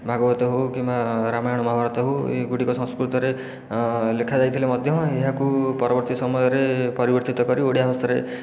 ଭାଗବତ ହେଉ କିମ୍ବା ରାମାୟଣ ମହାଭାରତ ହେଉ ଏଗୁଡ଼ିକ ସଂସ୍କୃତରେ ଲେଖା ଯାଇଥିଲେ ମଧ୍ୟ ଏହାକୁ ପରବର୍ତ୍ତୀ ସମୟରେ ପରିବର୍ତ୍ତିତ କରି ଓଡ଼ିଆ ଭାଷାରେ